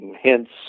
hints